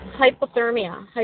Hypothermia